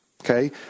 Okay